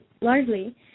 largely